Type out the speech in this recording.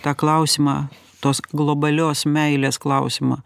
tą klausimą tos globalios meilės klausimą